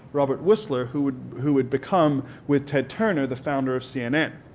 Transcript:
robert wussler, who would who would become with ted turner the founder of cnn.